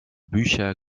bücher